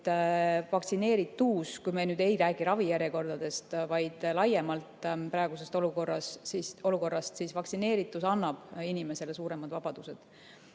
et vaktsineeritus – kui me ei räägi ravijärjekordadest, vaid laiemalt praegusest olukorrast – annab inimesele suuremad vabadused,